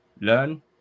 learn